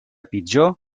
pitjor